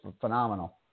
phenomenal